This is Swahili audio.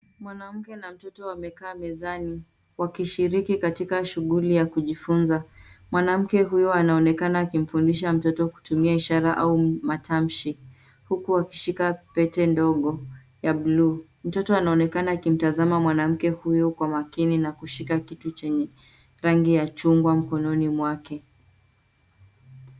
Mwanamke na mtoto wamekaa mezani wakishiriki katika shughuli ya kujifunza. Mwanamke huyu anaonekana akimfundisha mtoto kutumia ishara au matamshi huku akishika pete ndogo ya buluu. Mtoto anaonekana akimtazama mwanamke huyu kwa makini na kushika kitu chenye rangi ya chungwa mkononi mwake.